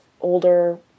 older